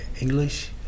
English